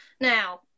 now